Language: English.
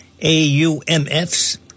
AUMFs